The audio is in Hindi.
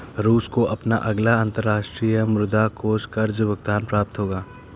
रूस को अपना अगला अंतर्राष्ट्रीय मुद्रा कोष कर्ज़ भुगतान प्राप्त होगा